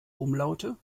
umlaute